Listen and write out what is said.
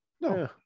no